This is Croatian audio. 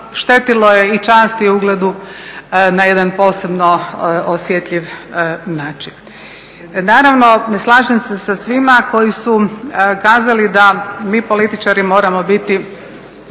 štetilo je i časti i ugledu na jedan posebno osjetljiv način. Naravno, slažem se sa svima koji su kazali da mi političari moramo biti